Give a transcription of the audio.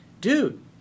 dude